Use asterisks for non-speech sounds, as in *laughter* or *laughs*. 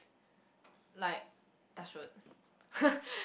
like touch wood *laughs*